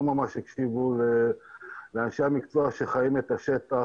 ממש הקשיבו לאנשי המקצוע שחיים את השטח,